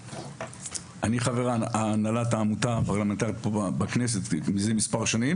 אני חבר הנהלת העמותה הפרלמנטרית בכנסת מזה מספר שנים